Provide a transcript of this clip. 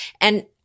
And-